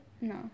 No